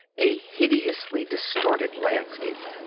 a hideously distorted landscape.